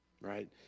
right